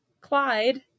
Clyde